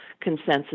consensus